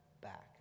back